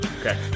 okay